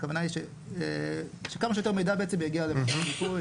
הכוונה היא שכמה שיותר מידע בעצם יגיע למאגר המיפוי.